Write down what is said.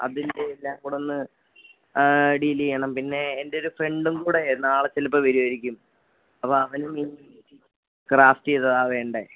അതിന്റെ എല്ലാം കൂടെ ഒന്ന് ഡീൽ ചെയ്യണം പിന്നെ എന്റെ ഒരു ഫ്രണ്ടും കൂടെയെ നാളെ ചിലപ്പം വരുമായിരിക്കും അപ്പം അവനും ഈ ക്രാഫ്റ്റ് ചെയ്തതാണ് വേണ്ടത്